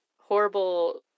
horrible